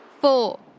four